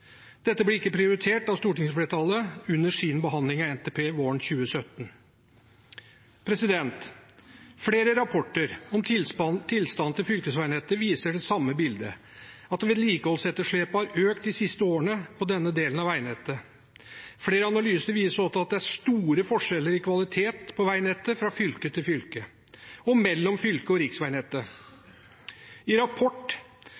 Dette ble ikke prioritert av stortingsflertallet under behandlingen av NTP våren 2017. Flere rapporter om tilstanden til fylkesveinettet viser det samme bildet, at vedlikeholdsetterslepet har økt de siste årene på denne delen av veinettet. Flere analyser viser også at det er store forskjeller i kvaliteten på veinettet fra fylke til fylke og mellom fylke og